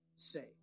Say